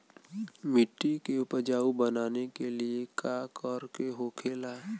मिट्टी के उपजाऊ बनाने के लिए का करके होखेला?